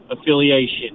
affiliation